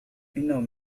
إنهم